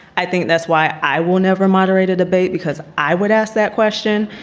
i think that's why i will never moderate a debate, because i would ask that question.